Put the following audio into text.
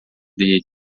dele